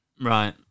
Right